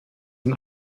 den